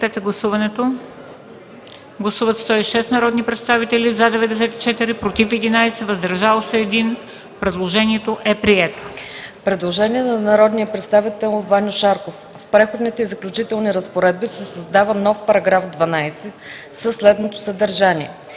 Предложението е прието.